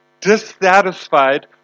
dissatisfied